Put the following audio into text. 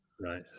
Right